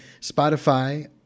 Spotify